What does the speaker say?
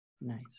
Nice